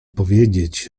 powiedzieć